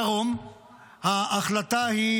בדרום ההחלטה היא,